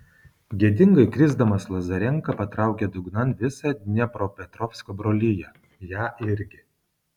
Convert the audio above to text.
gėdingai krisdamas lazarenka patraukė dugnan visą dniepropetrovsko broliją ją irgi